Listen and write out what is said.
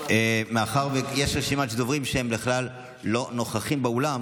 מאחר שיש רשימת דוברים שהם בכלל לא נוכחים באולם,